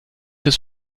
des